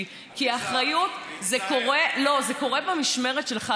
לא, זה קורה במשמרת שלך.